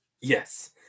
Yes